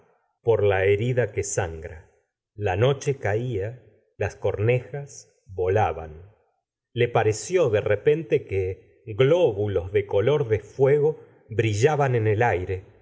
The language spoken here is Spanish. por la herida que sangra la noche caía las cornejas volaban le pareció de repente que glóbulos de color de fuego briilaban en el aire